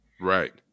Right